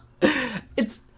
It's-